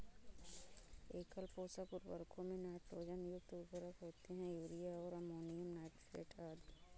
एकल पोषक उर्वरकों में नाइट्रोजन युक्त उर्वरक होते है, यूरिया और अमोनियम नाइट्रेट आदि